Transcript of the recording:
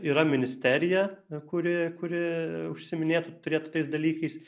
yra ministerija kuri kuri užsiiminėtų turėtų tais dalykais